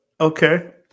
Okay